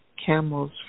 Camel's